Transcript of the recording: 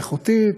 איכותית,